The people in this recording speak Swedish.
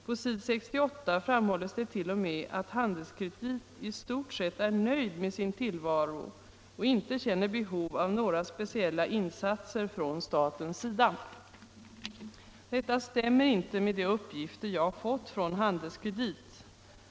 På s. 68 framhålls det t.o.m. att man på Handelskredit i stort sett är nöjd med sin tillvaro och inte känner behov av några fler insatser från statens sida. Det stämmer inte med de uppgifter Näringspolitiken Mindre och medelstora företag Näringspolitiken Mindre och medelstora företag jag har fått från Handelskredit.